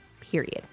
period